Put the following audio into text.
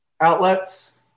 outlets